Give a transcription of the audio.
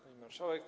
Pani Marszałek!